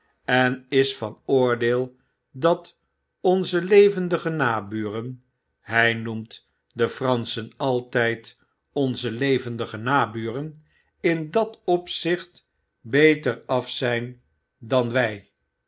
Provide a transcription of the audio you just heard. en is van oordeel dat onze levendige naburen hy noemt de franschen altyd onze levendige naburen in dat opzicht beter af zyn dan wij